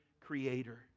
creator